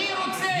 אני רוצה.